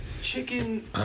chicken